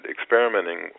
experimenting